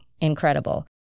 Incredible